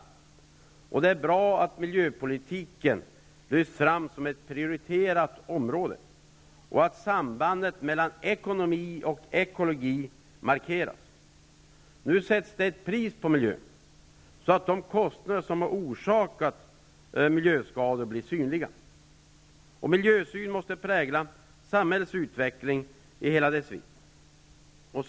Det är bra att miljöpolitiken lyfts fram som ett prioriterat område och att sambandet mellan ekonomi och ekologi markeras. Nu sätts det ett pris på miljön. De kostnader som har orsakat miljöskador blir således synliga. Miljöhänsynen måste prägla samhällets utveckling i hela dess vidd.